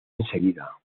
enseguida